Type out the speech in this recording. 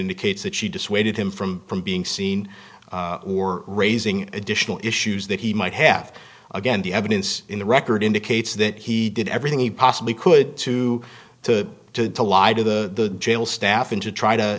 indicates that she dissuaded him from from being seen or raising additional issues that he might have again the evidence in the record indicates that he did everything he possibly could to to lie to the jail staff and to try to